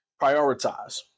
prioritize